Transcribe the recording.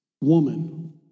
Woman